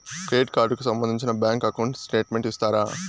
Credit card కు సంబంధించిన bank account statement ఇస్తారా?